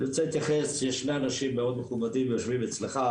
אני רוצה להתייחס ויש שני אנשים מכובדים מאוד שיושבים אצלך,